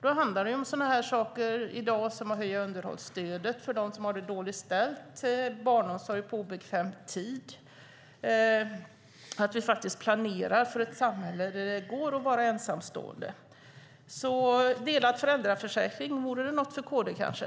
Då handlar det i dag om som sådana saker som att höja underhållsstödet för dem som har det dåligt ställt, barnomsorg på obekväm tid, att vi faktiskt planerar för ett samhälle där det går att vara ensamstående. Delad föräldraförsäkring, vore det något för KD kanske?